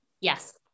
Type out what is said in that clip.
yes